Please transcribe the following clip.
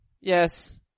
yes